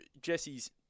Jesse's